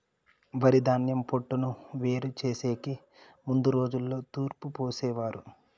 వరిధాన్యం పొట్టును వేరు చేసెకి ముందు రోజుల్లో తూర్పు పోసేవారు